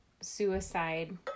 suicide